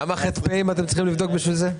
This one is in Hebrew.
כמה ח"פ צריך לבדוק בשביל זה?